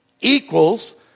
Equals